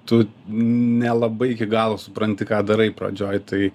tu nelabai iki galo supranti ką darai pradžioj tai